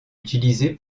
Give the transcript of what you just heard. utilisée